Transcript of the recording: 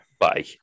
Bye